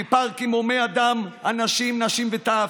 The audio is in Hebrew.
מפארקים הומי אדם, אנשים, נשים וטף,